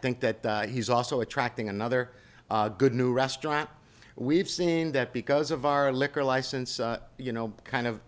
think that he's also attracting another good new restaurant we've seen that because of our liquor license you know the kind of